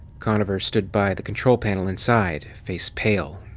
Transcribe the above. conover stood by the control panel inside, face pale.